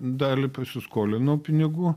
dalį pasiskolinau pinigų